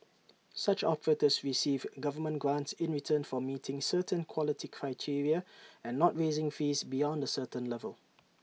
such operators receive government grants in return for meeting certain quality criteria and not raising fees beyond A certain level